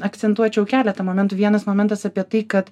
akcentuočiau keletą momentų vienas momentas apie tai kad